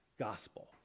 Gospel